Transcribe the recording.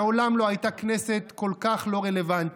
מעולם לא הייתה כנסת כל כך לא רלוונטית.